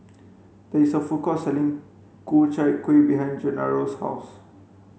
there is a food court selling Ku Chai Kueh behind Gennaro's house